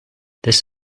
this